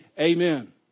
Amen